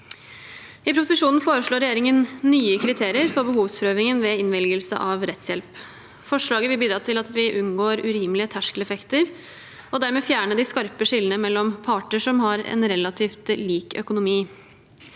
I proposisjonen foreslår regjeringen nye kriterier for behovsprøving ved innvilgelse av rettshjelp. Forslaget vil bidra til at vi unngår urimelige terskeleffekter, og det vil dermed fjerne de skarpe skillene mellom parter som har en relativt lik økonomi.